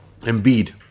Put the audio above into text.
Embiid